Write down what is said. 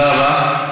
תודה רבה.